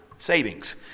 Savings